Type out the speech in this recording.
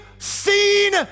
seen